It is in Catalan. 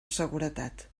seguretat